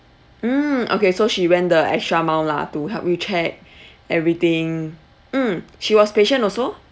mm okay so she went the extra mile lah to help you check everything mm she was patient also